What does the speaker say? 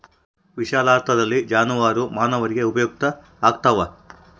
ವಿಶಾಲಾರ್ಥದಲ್ಲಿ ಜಾನುವಾರು ಮಾನವರಿಗೆ ಉಪಯುಕ್ತ ಆಗ್ತಾವ